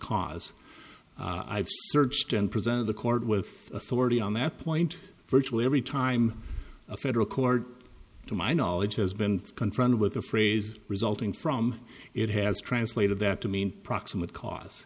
cause i've searched and presented the court with authority on that point virtually every time a federal court to my knowledge has been confronted with a phrase resulting from it has translated that to mean proximate ca